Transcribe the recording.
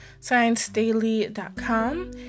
ScienceDaily.com